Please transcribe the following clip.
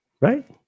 right